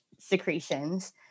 secretions